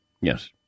Yes